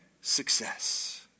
success